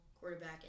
quarterback